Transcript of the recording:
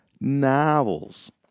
novels